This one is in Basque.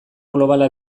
globala